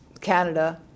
Canada